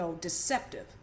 deceptive